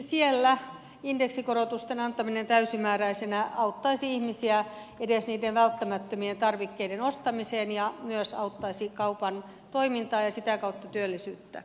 siellä indeksikorotusten antaminen täysimääräisenä auttaisi ihmisiä edes niiden välttämättömien tarvikkeiden ostamisessa ja myös auttaisi kaupan toimintaa ja sitä kautta työllisyyttä